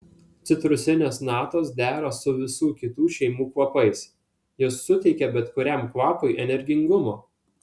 citrusinės natos dera su visų kitų šeimų kvapais jos suteikia bet kuriam kvapui energingumo